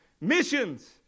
missions